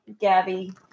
Gabby